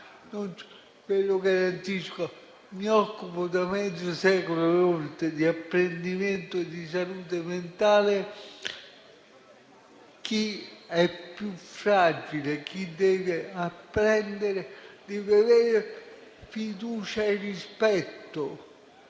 Ve lo garantisco, occupandomi da mezzo secolo e oltre di apprendimento e salute mentale: chi è più fragile, chi deve apprendere deve avere fiducia e rispetto,